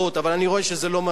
אבל אני רואה שזה לא מספיק.